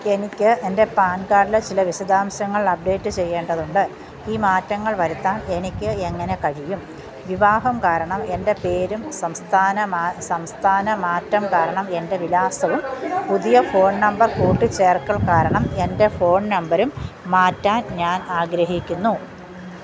എനിക്ക് എൻ്റെ പാൻ കാർഡിലെ ചില വിശദാംശങ്ങൾ അപ്ഡേറ്റ് ചെയ്യേണ്ടതുണ്ട് ഈ മാറ്റങ്ങൾ വരുത്താൻ എനിക്ക് എങ്ങനെ കഴിയും വിവാഹം കാരണം എൻ്റെ പേരും സംസ്ഥാന മാ സംസ്ഥാന മാറ്റം കാരണം എൻ്റെ വിലാസവും പുതിയ ഫോൺ നമ്പർ കൂട്ടിച്ചേർക്കൽ കാരണം എൻ്റെ ഫോൺ നമ്പറും മാറ്റാൻ ഞാൻ ആഗ്രഹിക്കുന്നു